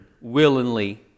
willingly